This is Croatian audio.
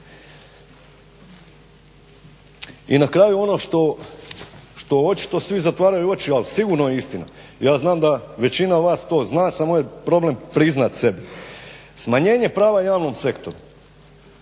I na kraju ono što očito svi zatvaraju oči ali sigurno je istina. Ja znam da većina vas to zna samo je problem priznati sebi. Smanjenje prava javnom sektoru